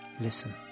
Listen